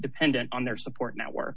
dependent on their support network